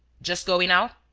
just going out?